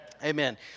Amen